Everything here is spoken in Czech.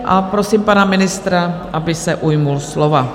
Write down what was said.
A prosím pana ministra, aby se ujal slova.